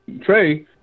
Trey